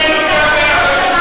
בימין זה התלהמות,